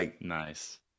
nice